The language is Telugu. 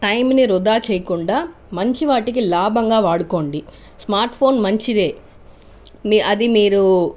టైమ్ని వృధా చేయకుండా మంచివాటికి లాభంగా వాడుకోండి స్మార్ట్ ఫోన్ మంచిదే అది మీరు